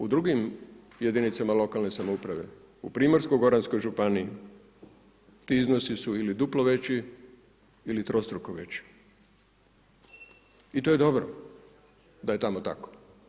U drugim jedinicama lokalne samouprave u Primorsko-goranskoj županiji ti iznosi su ili duplo veći ili trostruko veći i to je dobro da je tamo tako.